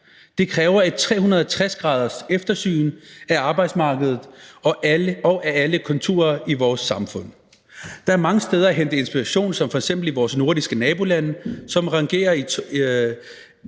Det kræver et 360-graderseftersyn af arbejdsmarkedet og af alle konturer i vores samfund. Der er mange steder at hente inspiration, f.eks. i vores nordiske nabolande, som rangerer i